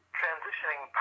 transitioning